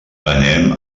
anem